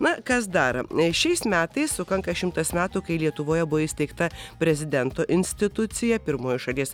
na kas dar šiais metais sukanka šimtas metų kai lietuvoje buvo įsteigta prezidento institucija pirmuoju šalies